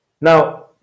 Now